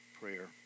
prayer